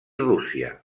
rússia